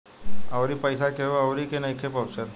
अउरी पईसा केहु अउरी के नइखे पहुचत